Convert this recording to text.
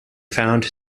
found